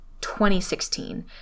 2016